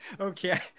okay